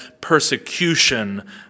persecution